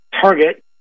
Target